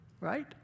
Right